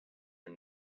are